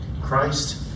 Christ